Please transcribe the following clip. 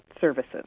services